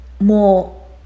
more